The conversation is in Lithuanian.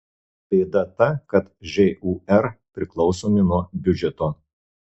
bėda ta kad žūr priklausomi nuo biudžeto